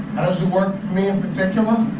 does it work for me in particular?